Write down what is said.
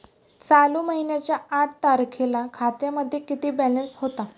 चालू महिन्याच्या आठ तारखेला खात्यामध्ये किती बॅलन्स होता?